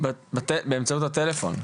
באמצעות הטלפון.